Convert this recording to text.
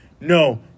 No